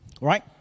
Right